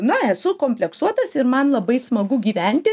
na esu kompleksuotas ir man labai smagu gyventi